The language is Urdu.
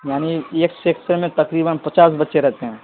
یعنی ایک سیکشن میں تقریباً پچاس بچے رہتے ہیں